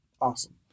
awesome